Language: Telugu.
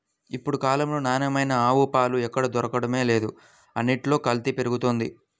ఇప్పుడు కాలంలో నాణ్యమైన ఆవు పాలు ఎక్కడ దొరకడమే లేదు, అన్నిట్లోనూ కల్తీ పెరిగిపోతంది